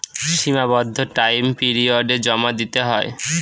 সীমাবদ্ধ টাইম পিরিয়ডে জমা দিতে হয়